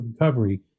recovery